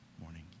morning